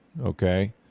Okay